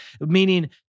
meaning